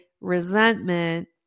resentment